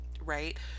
right